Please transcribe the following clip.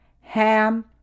Ham